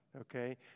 okay